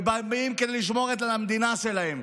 ובאים כדי לשמור על המדינה שלהם.